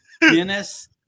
Dennis